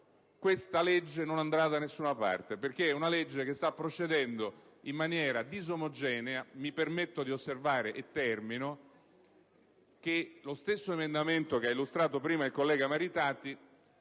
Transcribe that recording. questa legge non andrà da nessuna parte, perché si sta procedendo in maniera disomogenea. Mi permetto di osservare che lo stesso emendamento che ha illustrato prima il collega Maritati